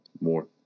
more